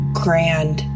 grand